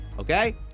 okay